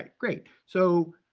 great. so,